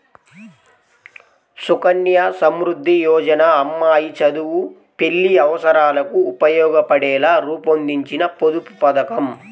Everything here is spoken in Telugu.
సుకన్య సమృద్ధి యోజన అమ్మాయి చదువు, పెళ్లి అవసరాలకు ఉపయోగపడేలా రూపొందించిన పొదుపు పథకం